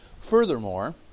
Furthermore